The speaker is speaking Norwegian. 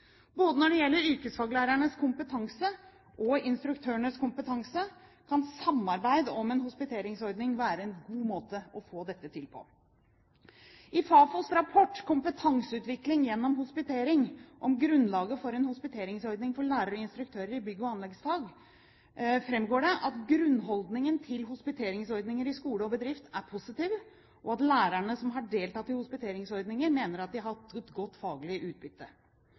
Både når det gjelder yrkesfaglærernes kompetanse og instruktørenes kompetanse, kan samarbeid om en hospiteringsordning være en god måte å få dette til på. I Fafos rapport «Kompetanseutvikling gjennom hospitering. Om grunnlaget for en hospiteringsordning for lærere og instruktører i bygg- og anleggsfag» framgår det at grunnholdningen til hospiteringsordninger i skole og bedrift er positiv, og at lærere som har deltatt i hospiteringsordninger, mener at de har hatt et godt faglig utbytte.